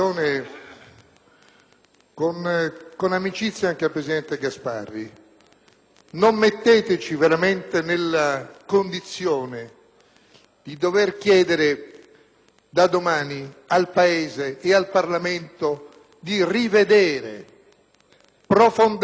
con amicizia anche al presidente Gasparri: non metteteci nella condizione di dover chiedere da domani al Paese e al Parlamento di rivedere profondamente